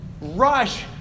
Rush